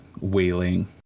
wailing